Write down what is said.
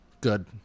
good